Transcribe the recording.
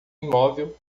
imóvel